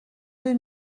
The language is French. deux